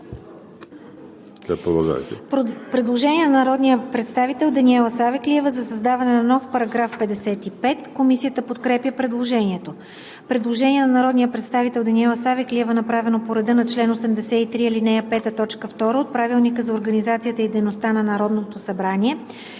предложение на народния представител Даниела Савеклиева за създаване на нов § 55. Комисията подкрепя предложението. Предложение на народния представител Даниела Савеклиева, направено по реда на чл. 83, ал. 5, т. 2 от Правилника за организацията и дейността на Народното събрание.